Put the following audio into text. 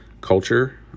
culture